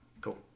Cool